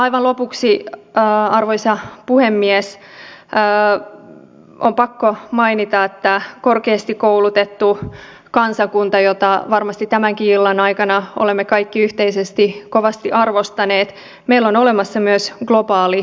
aivan lopuksi arvoisa puhemies on pakko mainita että korkeasti koulutettuna kansakuntana jota varmasti tämänkin illan aikana olemme kaikki yhteisesti kovasti arvostaneet meillä on olemassa myös globaali vastuu